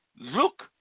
look